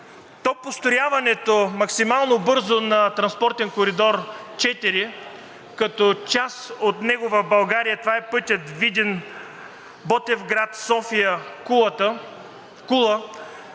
до построяването максимално бързо на транспортен коридор IV, като част от него в България това е пътят Видин – Ботевград – София – Кулата,